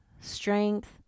strength